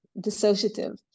dissociative